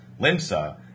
Limsa